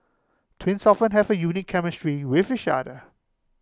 twins often have A unique chemistry with each other